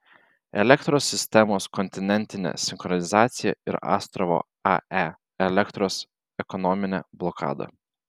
elektros sistemos kontinentinė sinchronizacija ir astravo ae elektros ekonominė blokada